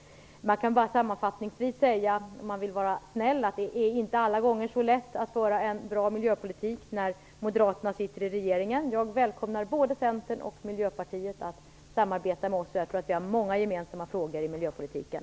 Man kan sammanfattningsvis, om man vill vara snäll, säga att det inte alla gånger är så lätt att föra en bra miljöpolitik när moderaterna sitter i regeringen. Jag välkomnar både Centern och Miljöpartiet att samarbeta med oss. Jag tror att vi har många gemensamma frågor i miljöpolitiken.